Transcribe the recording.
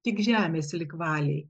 tik žemės lig valiai